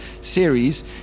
series